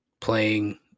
playing